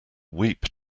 weep